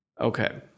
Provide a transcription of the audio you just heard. Okay